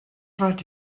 rhaid